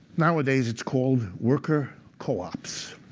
nowadays, it's called worker co-ops.